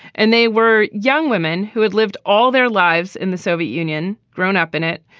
and they were young women who had lived all their lives in the soviet union, grown up in it,